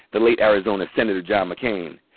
the late arizona senator john mccain.